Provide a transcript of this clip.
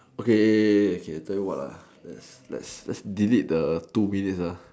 okay okay I tell you what lets delete the two minutes